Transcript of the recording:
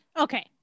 Okay